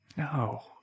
no